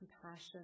compassion